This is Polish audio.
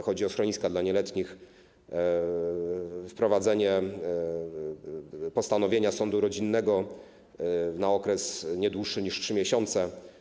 Chodzi o schroniska dla nieletnich, wprowadzenie postanowienia sądu rodzinnego na okres nie dłuższy niż 3 miesiące.